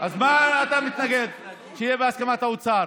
אז למה אתה מתנגד שזה יהיה בהסכמת האוצר?